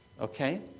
okay